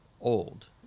old